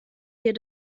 wir